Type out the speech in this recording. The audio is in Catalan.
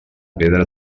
pedra